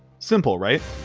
simple, right?